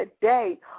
today